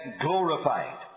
glorified